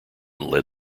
led